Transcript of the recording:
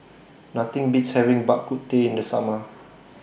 Nothing Beats having Bak Kut Teh in The Summer